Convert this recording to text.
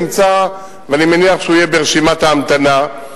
אני מניח שהוא יהיה ברשימת ההמתנה,